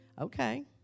Okay